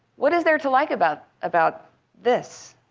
what is there to like about about this?